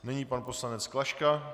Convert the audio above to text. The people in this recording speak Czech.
Nyní pan poslanec Klaška.